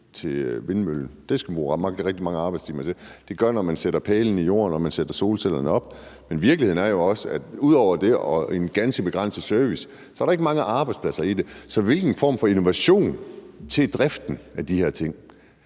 til vindmøllen. Det skal man bruge rigtig mange arbejdstimer til. Det skal man, når man sætter pælene i jorden og sætter solcellerne op, men virkeligheden er jo også, at ud over det og en ganske begrænset service er der ikke mange arbejdspladser i det. Så hvilken form for innovation er der i